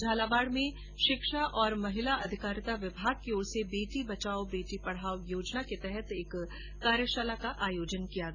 झालावाड़ में शिक्षा और महिला अधिकारिता विभाग की ओर से बेटी बचाओ बेटी पढाओ योजना के तहत एक कार्यशाला का आयोजन किया गया